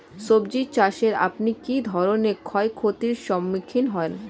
সবজী চাষে আপনি কী ধরনের ক্ষয়ক্ষতির সম্মুক্ষীণ হন?